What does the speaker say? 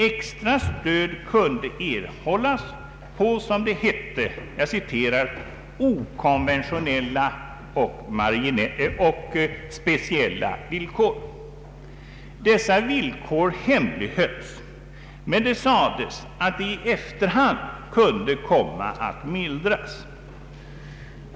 Extra stöd kunde erhållas på, som det hette, okonventionella och speciella villkor. Dessa villkor hemlighölls, men det sades att de i efterhand kunde komma att mildras.